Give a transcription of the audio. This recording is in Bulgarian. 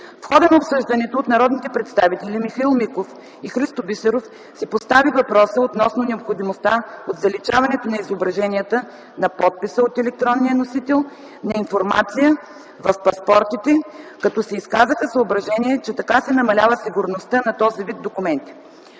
В хода на обсъждането от народните представители Михаил Миков и Христо Бисеров се постави въпросът относно необходимостта от заличаването на изображението на подписа от електронния носител на информация в паспортите, като се изказаха съображения, че така се намалява сигурността на този вид документи.